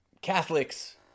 Catholics